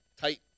tight